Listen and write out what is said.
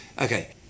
Okay